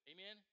Amen